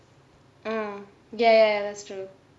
mm ya ya ya that's true